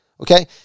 Okay